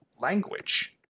language